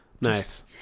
nice